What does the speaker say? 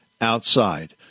outside